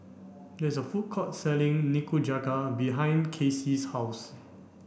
there is a food court selling Nikujaga behind Kaycee's house